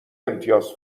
امتیاز